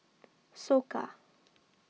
Soka